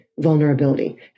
vulnerability